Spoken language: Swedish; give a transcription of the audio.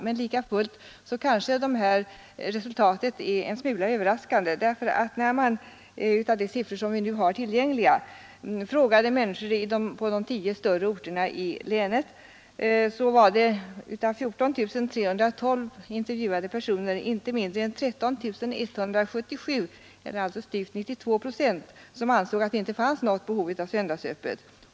Men likafullt kanske resultatet är en smula överraskande. När man frågade människor på de tio större orterna i länet, var det av 14 312 intervjuade personer inte mindre än 13177, alltså styvt 92 procent, som ansåg att det inte fanns något behov av söndagsöppet.